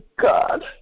God